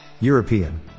European